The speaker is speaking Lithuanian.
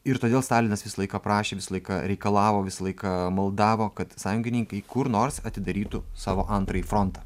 ir todėl stalinas visą laiką prašė visą laiką reikalavo visą laiką maldavo kad sąjungininkai kur nors atidarytų savo antrąjį frontą